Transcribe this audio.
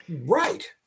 Right